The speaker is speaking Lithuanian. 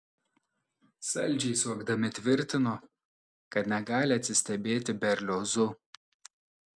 saldžiai suokdami tvirtino kad negali atsistebėti berliozu